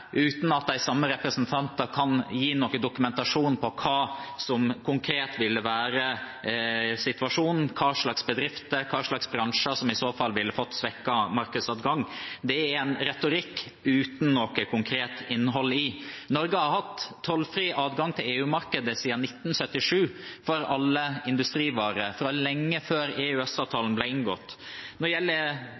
uten at de samme representantene kan gi noen dokumentasjon på hva som konkret ville være situasjonen, hva slags bedrifter og hva slags bransjer som i så fall ville fått svekket markedsadgang. Det er en retorikk uten noe konkret innhold. Norge har hatt tollfri adgang til EU-markedet siden 1977 for alle industrivarer – fra lenge før EØS-avtalen ble inngått. Når det gjelder